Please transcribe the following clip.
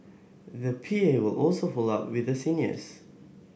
the P A will also follow up with the seniors